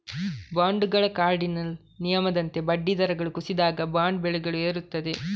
ಬಾಂಡುಗಳ ಕಾರ್ಡಿನಲ್ ನಿಯಮದಂತೆ ಬಡ್ಡಿ ದರಗಳು ಕುಸಿದಾಗ, ಬಾಂಡ್ ಬೆಲೆಗಳು ಏರುತ್ತವೆ